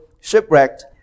shipwrecked